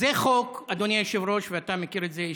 וזה חוק, אדוני היושב-ראש, ואתה מכיר את זה אישית,